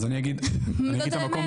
אז אני אגיד את המקום,